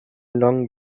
long